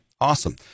awesome